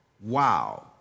Wow